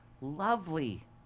lovely